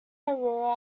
aurora